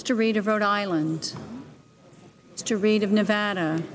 is to read of rhode island to reid of nevada